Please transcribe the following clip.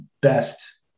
best